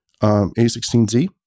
A16Z